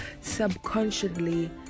subconsciously